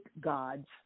gods